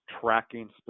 tracking